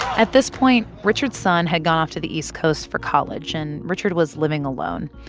at this point, richard's son had gone off to the east coast for college, and richard was living alone.